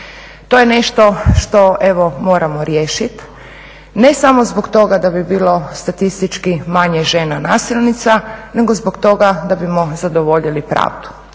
To je nešto što evo moramo riješit, ne samo zbog toga da bi bilo statistički manje žena nasilnica nego zbog toga da bismo zadovoljili pravdu.